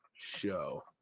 show